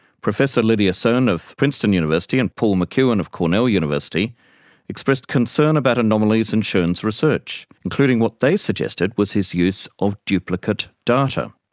professor lydia sohn of princeton university and professor paul mceuen of cornell university expressed concern about anomalies in schon's research, including what they suggested was his use of duplicate data.